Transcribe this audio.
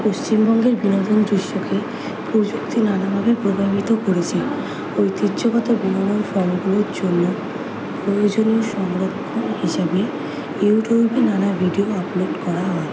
পশ্চিমবঙ্গের বিনোদন দৃশ্যকে প্রযুক্তি নানাভাবেই প্রভাবিত করেছে ঐতিহ্যগত বিনোদনের জন্য প্রয়োজনীয় সংরক্ষণ হিসাবে ইউটিউবে নানা ভিডিও আপলোড করা হয়